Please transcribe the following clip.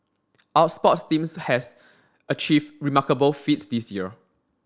our sports teams has achieved remarkable feats this year